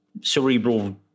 cerebral